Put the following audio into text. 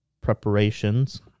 preparations